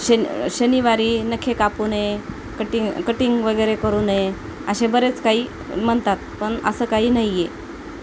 शेन शनिवारी नखे कापू नये कटिंग कटिंग वगैरे करू नये असे बरेच काही म्हणतात पण असं काही नाही आहे